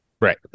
Right